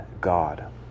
God